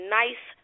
nice